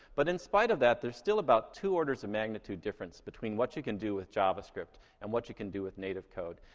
but in spite of that, there's still about two orders of magnitude difference between what you can do with javascript and what you can do with native code.